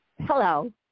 hello